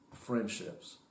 friendships